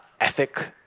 ethic